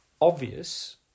obvious